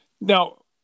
now